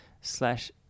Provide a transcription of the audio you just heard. slash